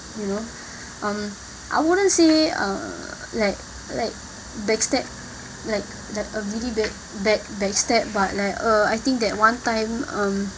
you know um I wouldnt say uh like like backstab like like a really bad back backstab but like uh I think that one time um